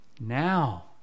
now